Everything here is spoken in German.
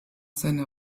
seiner